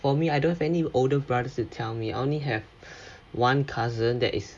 for me I don't have any older brothers to tell me only have one cousin that is